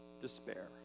despair